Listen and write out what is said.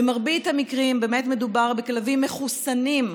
במרבית המקרים באמת מדובר בכלבים מחוסנים,